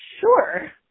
sure